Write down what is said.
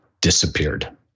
disappeared